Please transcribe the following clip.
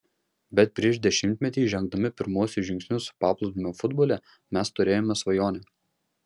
bet prieš dešimtmetį žengdami pirmuosius žingsnius paplūdimio futbole mes turėjome svajonę